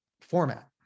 format